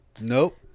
Nope